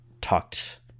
talked